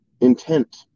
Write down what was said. Intent